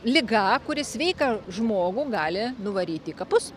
liga kuri sveiką žmogų gali nuvaryti į kapus